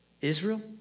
Israel